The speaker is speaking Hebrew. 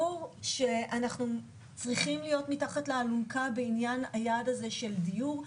ברור שאנחנו צריכים להיות מתחת לאלונקה בעניין היעד הזה של דיור,